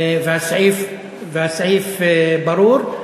והסעיף ברור,